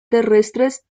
terrestres